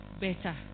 better